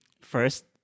First